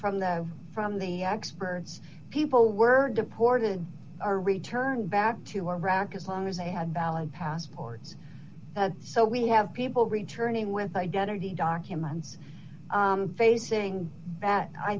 from the from the experts people were deported or returned back to iraq as long as they had valid passport so we have people returning with identity documents facing that i